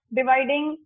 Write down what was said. dividing